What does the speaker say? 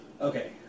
Okay